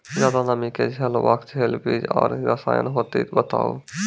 ज्यादा नमी के झेलवाक लेल बीज आर रसायन होति तऽ बताऊ?